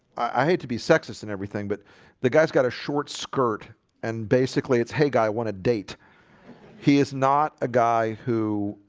i hate to be sexist in everything but the guys got a short skirt and basically it's hey guy want a date he is not a guy who?